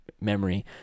memory